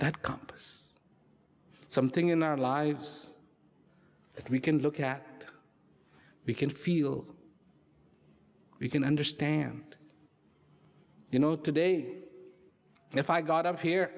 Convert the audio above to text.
compass something in our lives that we can look at we can feel we can understand you know today if i got up here